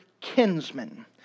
kinsman